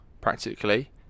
practically